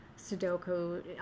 sudoku